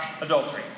adultery